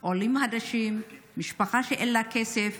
של עולים חדשים שאין לה כסף,